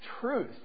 truth